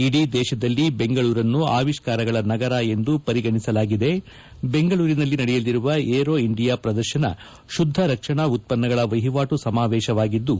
ಇಡೀ ದೇಶದಲ್ಲಿ ಬೆಂಗಳೂರನ್ನು ಅವಿಷ್ಠಾರಗಳ ನಗರ ಎಂದು ಪರಿಗಣಿಸಲಾಗಿದೆ ಬೆಂಗಳೂರಿನಲ್ಲಿ ನಡೆಯಲ್ಲಿರುವ ಏರೋ ಇಂಡಿಯಾ ಪ್ರದರ್ಶನ ಶುದ್ಲ ರಕ್ಷಣಾ ಉತ್ತನ್ನಗಳ ವಹಿವಾಟು ಸಮಾವೇಶವಾಗಿದ್ಲು